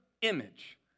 image